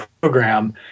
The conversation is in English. program